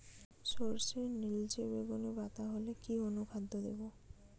সরর্ষের নিলচে বেগুনি পাতা হলে কি অনুখাদ্য দেবো?